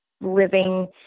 living